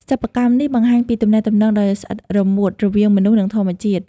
សិប្បកម្មនេះបង្ហាញពីទំនាក់ទំនងដ៏ស្អិតរល្មួតរវាងមនុស្ស និងធម្មជាតិ។